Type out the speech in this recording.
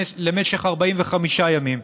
למשך 45 ימים,